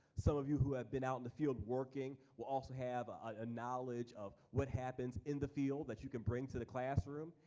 some of you who have been out in the field working will also have a knowledge of what happens in the field that you can bring to the classroom.